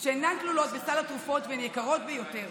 שאינן כלולות בסל התרופות והן יקרות ביותר.